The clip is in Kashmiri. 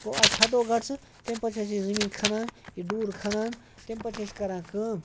گوٚو اَسہِ ہَٹو گۄڈٕ سُہ تمہِ پَتہٕ چھِ أسۍ یہِ زٔمیٖن کھَنان یہِ ڈوٗر کھَنان تمہِ پَتہٕ چھِ أسۍ کَران کٲم